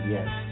Yes